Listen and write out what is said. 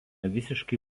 visiškai